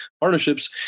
partnerships